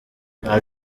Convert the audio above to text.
nta